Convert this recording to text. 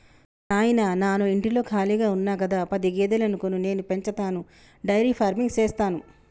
నాయిన నాను ఇంటిలో కాళిగా ఉన్న గదా పది గేదెలను కొను నేను పెంచతాను డైరీ ఫార్మింగ్ సేస్తాను